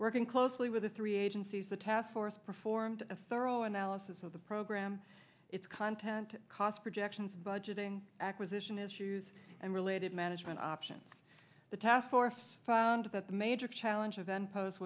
working closely with the three agencies the task force performed a thorough analysis of the program its content cost projections budgeting acquisition issues and related management options the task force found that the major challenge event pose